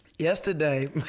Yesterday